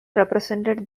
represented